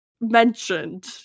mentioned